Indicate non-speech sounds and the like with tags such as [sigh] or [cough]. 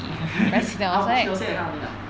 [laughs] of course she would say that kind of thing lah